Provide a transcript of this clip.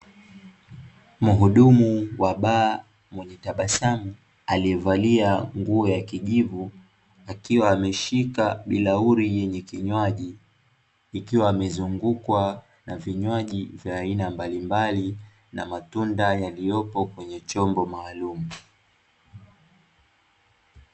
Mhudumu wa baa mwenye tabasamu, aliyevalia nguo ya kijivu akiwa ameshika bilauri yenye kinywaji, ikiwa amezungukwa na vinywaji vya aina mbalimbali, na matunda yaliyopo kwenye chombo maalumu.